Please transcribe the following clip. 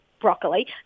broccoli